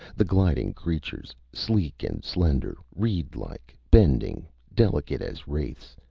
the gliding creatures, sleek and slender, reedlike, bending, delicate as wraiths,